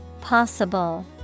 Possible